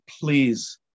please